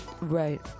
Right